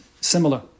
similar